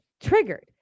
triggered